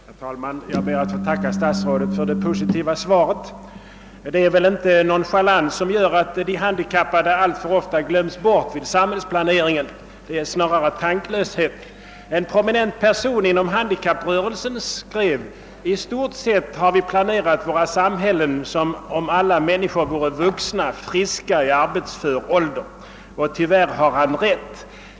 Herr talman! Jag ber att få tacka statsrådet för det positiva svaret. Det är väl inte nonchalans som gör att de handikappade alltför ofta glöms bort vid samhällsplaneringen utan snarare tanklöshet. En prominent person inom handikapprörelsen har uttalat: »I stort sett har vi planerat våra samhällen som om alla människor vore vuxna, friska i arbetsför ålder.» Tyvärr har han rätt häri.